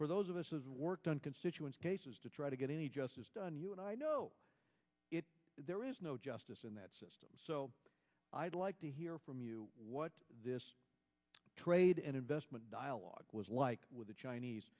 for those of us as worked on constituents cases to try to get any justice done you and i know yes there is no justice in that system so i'd like to hear from you what this trade and investment dialogue was like with the chinese